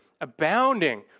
abounding